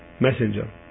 messenger